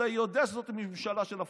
אתה יודע שזאת ממשלה של הפלסטינים,